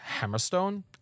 hammerstone